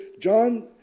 John